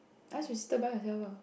ask your sister buy herself ah